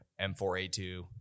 M4A2